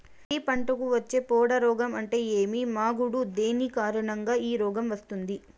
వరి పంటకు వచ్చే పొడ రోగం అంటే ఏమి? మాగుడు దేని కారణంగా ఈ రోగం వస్తుంది?